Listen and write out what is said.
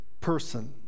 person